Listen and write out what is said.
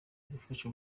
gufasha